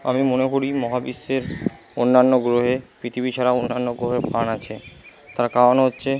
আমি মনে করি মহাবিশ্বের অন্যান্য গ্রহে পৃথিবী ছাড়াও অন্যান্য গ্রহেও প্রাণ আছে তার কারণ হচ্ছে